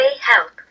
help